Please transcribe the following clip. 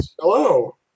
Hello